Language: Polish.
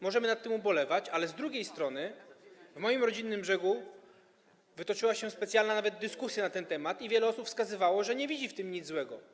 Możemy nad tym ubolewać, ale z drugiej strony w moim rodzinnym Brzegu toczyła się nawet specjalna dyskusja na ten temat i wiele osób wskazywało, że nie widzi w tym nic złego.